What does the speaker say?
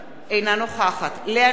אינה נוכחת לאה נס,